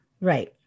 Right